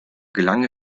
gelang